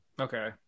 Okay